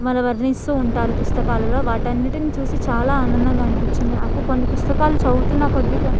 భలే వర్ణిస్తుంటారు పుస్తకాలలో వాటి అన్నింటిని చూసి చాలా ఆనందంగా అనిపించింది నాకు కొన్ని పుస్తకాలు చదువుతున్న కొద్దిగా